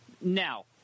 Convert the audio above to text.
Now